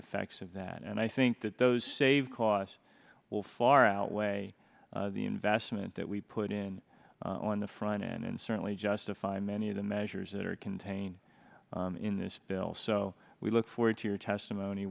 effects of that and i think that those save costs will far outweigh the investment that we put in on the front end and certainly justify many of the measures that are contained in this bill so we look forward to your testimony